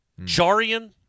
Jarian